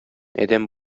адәм